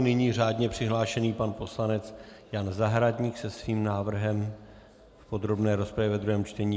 Nyní řádně přihlášený pan poslanec Jan Zahradník se svým návrhem do podrobné rozpravy ve druhém čtení.